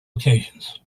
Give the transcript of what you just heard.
occasions